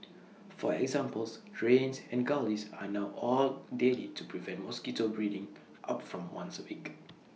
for examples drains and gullies are now oiled daily to prevent mosquito breeding up from once A week